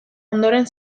ondoren